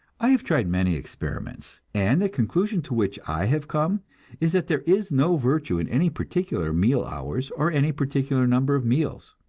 i have tried many experiments, and the conclusion to which i have come is that there is no virtue in any particular meal-hours or any particular number of meals.